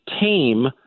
tame